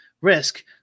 risk